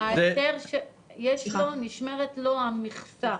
נשמרת לו המכסה